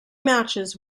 matches